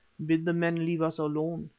bid the men leave us alone,